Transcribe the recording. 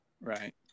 Right